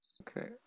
Okay